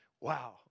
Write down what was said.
Wow